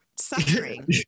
suffering